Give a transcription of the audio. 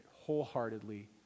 wholeheartedly